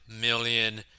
million